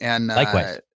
Likewise